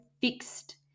fixed